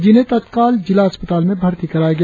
जिन्हें तत्काल जिला अस्पताल में भर्ती कराया गया